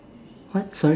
what sorry